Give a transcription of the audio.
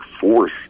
force